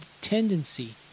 tendency